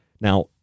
Now